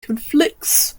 conflicts